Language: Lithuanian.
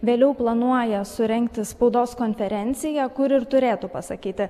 vėliau planuoja surengti spaudos konferenciją kur ir turėtų pasakyti